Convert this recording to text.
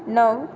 णव